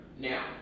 Now